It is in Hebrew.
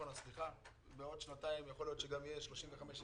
- בעוד שנתיים יכול להיות שימותו 35,000